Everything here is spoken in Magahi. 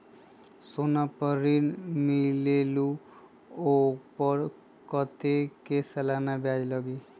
सोना पर ऋण मिलेलु ओपर कतेक के सालाना ब्याज लगे?